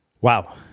Wow